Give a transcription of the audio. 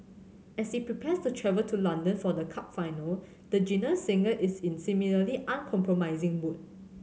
as he prepares to travel to London for the cup final the genial singer is in similarly uncompromising mood